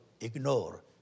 ignore